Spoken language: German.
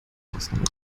ausnahme